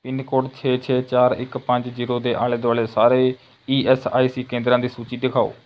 pin code ਛੇ ਛੇ ਚਾਰ ਇੱਕ ਪੰਜ ਜ਼ੀਰੋ ਦੇ ਆਲੇ ਦੁਆਲੇ ਸਾਰੇ ਈ ਐੱਸ ਆਈ ਸੀ ਕੇਂਦਰਾਂ ਦੀ ਸੂਚੀ ਦਿਖਾਓੋ